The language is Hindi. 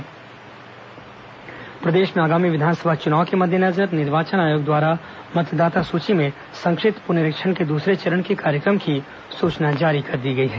मतदाता सूची सुधार कार्यक्रम प्रदेश में आगामी विधानसभा चुनाव के मद्देनजर निर्वाचन आयोग द्वारा मतदाता सूची में संक्षिप्त पुनरीक्षण के दूसरे चरण के कार्यक्रम की सूचना जारी कर दी गई है